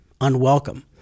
Unwelcome